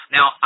Now